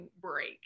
break